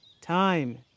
Time